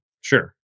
Sure